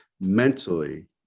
mentally